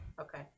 Okay